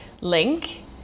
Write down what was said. Link